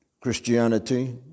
Christianity